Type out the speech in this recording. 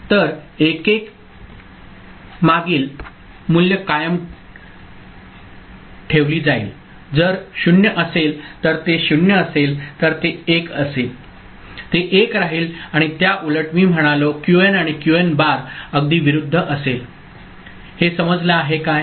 तर 1 1 मागील मूल्य कायम ठेवली जाईल जर 0 असेल तर ते 0 असेल तर ते 1 असेल ते 1 राहील आणि त्याउलट मी म्हणालो Qn आणि Qn बार अगदी विरुद्ध असेल हे समजलं आहे काय